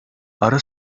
ara